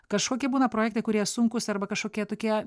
kažkokie būna projektai kurie sunkūs arba kažkokie tokie